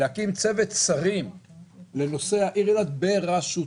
להקים צוות שרים לנושא העיר אילת בראשותו.